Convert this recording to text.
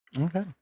okay